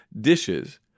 dishes